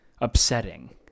upsetting